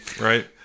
right